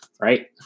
right